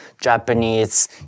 Japanese